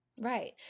Right